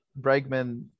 Bregman